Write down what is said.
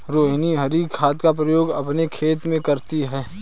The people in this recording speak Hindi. रोहिनी हरी खाद का प्रयोग अपने खेत में करती है